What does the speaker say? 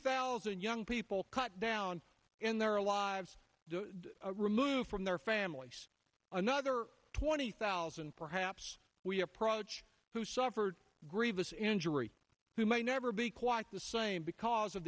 thousand young people cut down in their lives removed from their families another twenty thousand perhaps we approach who suffered grievous injury who may never be quite the same because of